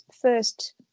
first